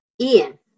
Ian